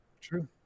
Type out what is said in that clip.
true